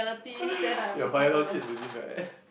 your biology is really bad